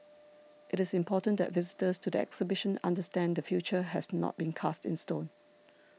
it is important that visitors to the exhibition understand the future has not been cast in stone